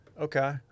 Okay